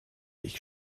ich